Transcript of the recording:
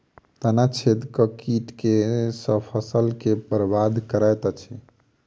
तना छेदक कीट केँ सँ फसल केँ बरबाद करैत अछि?